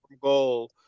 goal